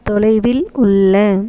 தொலைவில் உள்ள